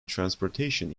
transportation